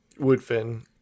woodfin